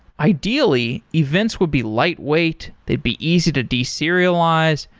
ideally, events would be lightweight, they'd be easy to deserialize,